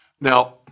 Now